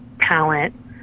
talent